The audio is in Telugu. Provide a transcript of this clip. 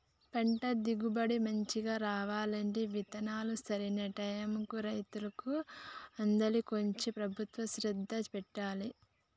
పంట దిగుబడి మంచిగా రావాలంటే విత్తనాలు సరైన టైముకు రైతులకు అందాలి కొంచెం ప్రభుత్వం శ్రద్ధ పెట్టాలె